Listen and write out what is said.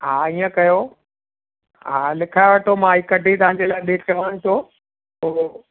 हा ईअं कयो हा लिखाए वठो मां हीउ कढी तव्हांजे लाइ रेटु चवानि थो पोइ